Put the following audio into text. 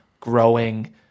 growing